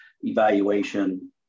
evaluation